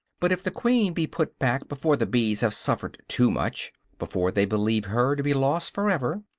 but if the queen be put back before the bees have suffered too much, before they believe her to be lost forever,